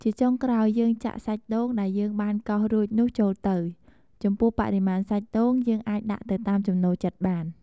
ជាចុងក្រោយ យើងចាក់សាច់ដូងដែលយើងបានកោសរួចនោះចូលទៅ ចំពោះបរិមាណសាច់ដូងយើងអាចដាក់ទៅតាមចំណូលចិត្តបាន។